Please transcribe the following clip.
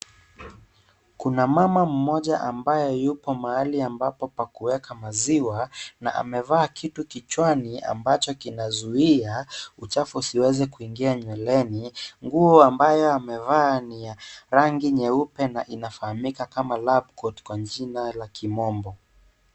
Kuna mama mmoja ambaye yupo mahali ambapo pa kuweka maziwa na amevaa kitu kichwani ambacho kinazuia uchafu isiweze kuingia nyweleni, nguo ambayo amevaa ni ya rangi nyeupe na inafahamika kama lab coat kwa jina la kimombo.